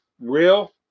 real